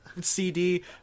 CD